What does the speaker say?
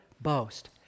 boast